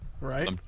Right